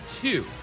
two